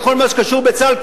בכל מה שקשור לצה"ל,